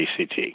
ACT